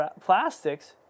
plastics